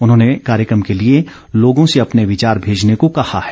उन्होंने कार्यक्रम के लिए लोगों से अपने विचार भेजने को कहा है